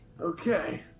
Okay